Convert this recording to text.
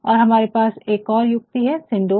और हमारे पास एक और युक्ति है सिंकडोक